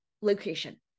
location